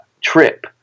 trip